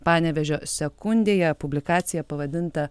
panevėžio sekundėje publikacija pavadinta